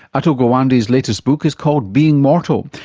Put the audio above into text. atul gawande's latest book is called being mortal.